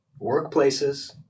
workplaces